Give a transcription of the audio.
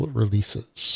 releases